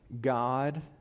God